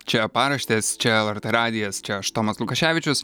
čia paraštės čia lrt radijas čia aš tomas lukaševičius